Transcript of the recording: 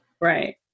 right